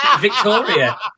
Victoria